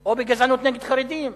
כלפי זה, או בגזענות נגד חרדים.